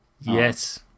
Yes